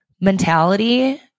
mentality